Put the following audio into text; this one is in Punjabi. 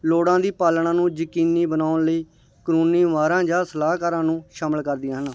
ਲੋੜਾਂ ਦੀ ਪਾਲਣਾ ਨੂੰ ਯਕੀਨੀ ਬਣਾਉਣ ਲਈ ਕਾਨੂੰਨੀ ਮਾਹਿਰਾਂ ਜਾਂ ਸਲਾਹਕਾਰਾਂ ਨੂੰ ਸ਼ਾਮਿਲ ਕਰਦੀਆਂ ਹਨ